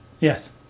Yes